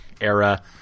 era